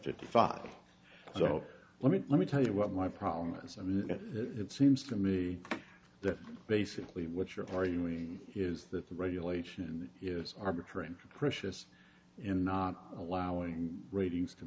fifty five so let me let me tell you what my problem is i mean it seems to me that basically what you're arguing is that the regulation is arbitrary and capricious in not allowing ratings to